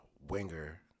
winger